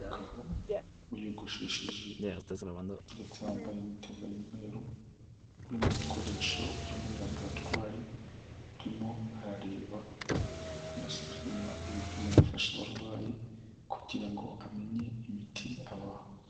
Umugabo wiyogosheshije ndetse wambaye n'itebura y'umweru, uri mu bikoresho byo muri laboratwari, arimo arareba, aranasuzuma ibipimo yafasha abarwayi kugira ngo amenye imiti abaha.